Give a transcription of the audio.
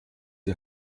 die